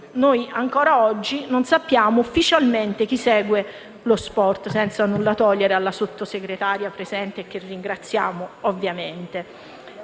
noi ancora oggi non sappiamo ufficialmente chi segue lo sport, senza nulla togliere alla Sottosegretaria presente, che ovviamente